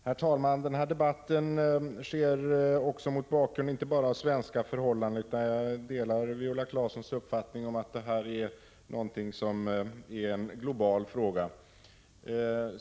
Herr talman! Den här debatten sker inte bara mot bakgrund av svenska förhållanden, utan jag delar Viola Claessons uppfattning att detta är en global fråga.